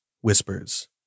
whispers